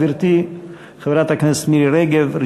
חברי הכנסת מירי רגב,